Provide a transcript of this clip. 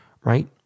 right